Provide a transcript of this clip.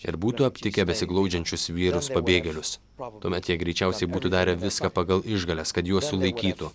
ir būtų aptikę besiglaudžiančius vyrus pabėgėlius tuomet jie greičiausiai būtų darę viską pagal išgales kad juos sulaikytų